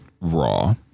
Raw